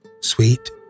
sweet